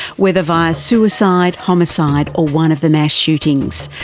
whether via suicide, homicide or one of the mass shootings,